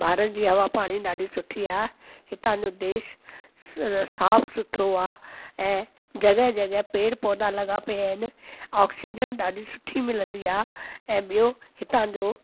भारत जी हवा पाणी ॾाढी सुठी आहे हितां जो देश साफ सुथरो आहे ऐं जॻह जॻह पेड़ पौधा लॻा पिया आहिनि ऑक्सीजन ॾाढी सुठी मिलंदी आहे ऐं ॿियो हितां जो